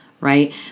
Right